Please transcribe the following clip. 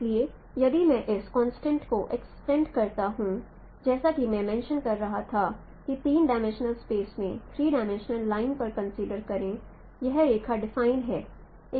इसलिए यदि मैं इस कॉन्सेप्ट् को एक्स्टेंड करता हूं जैसा कि मैं मेंशन कर रहा था कि तीन डायमेंशनल स्पेस में थ्री डायमेंशनल लाइन पर कंसीडर करें यह रेखा डिफाइन है